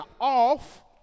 off